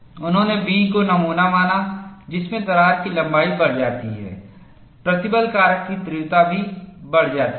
उन्होंने B को नमूना माना जिसमें दरार की लंबाई बढ़ जाती है प्रतिबल कारक की तीव्रता भी बढ़ जाती है